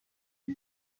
the